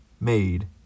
made